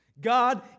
God